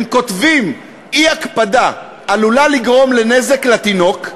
הם כותבים "אי-הקפדה עלולה לגרום לנזק לתינוק",